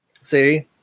See